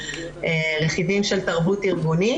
רכיבים של תרבות ארגונית,